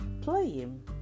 playing